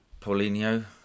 Paulinho